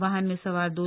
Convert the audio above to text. वाहन में सवार दें